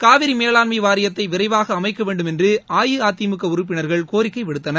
காவிரி மேலாண்மை வாரியத்தை விரைவாக அமைக்க வேண்டும் என்று அஇஅதிமுக உறுப்பினர்கள் கோரிக்கை விடுத்தனர்